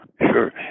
Sure